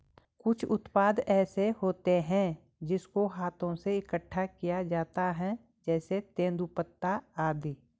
कुछ उत्पाद ऐसे होते हैं जिनको हाथों से इकट्ठा किया जाता है जैसे तेंदूपत्ता आदि